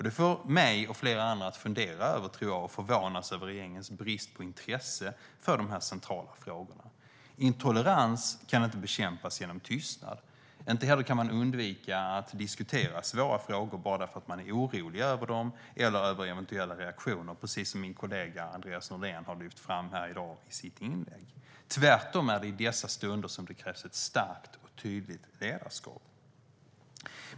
Det får mig och flera andra, tror jag, att fundera över och förvånas över regeringens brist på intresse för de här centrala frågorna. Intolerans kan inte bekämpas genom tystnad. Inte heller kan man undvika att diskutera svåra frågor bara därför att man är orolig över dem eller över eventuella reaktioner, precis som min kollega Andreas Norlén har lyft fram i sitt inlägg här i dag. Tvärtom är det i dessa stunder som det krävs ett starkt och tydligt ledarskap.